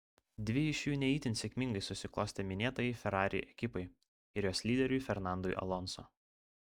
dvi iš jų ne itin sėkmingai susiklostė minėtajai ferrari ekipai ir jos lyderiui fernandui alonso